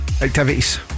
activities